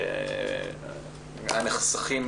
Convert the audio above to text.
היו נחסכים